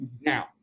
Now